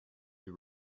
you